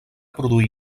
produir